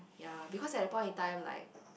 ya because at the point in time like